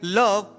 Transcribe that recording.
love